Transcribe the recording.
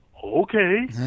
okay